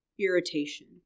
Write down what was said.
irritation